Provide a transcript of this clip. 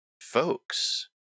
folks